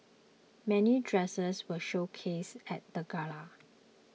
many dresses were showcased at the gala